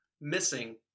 missing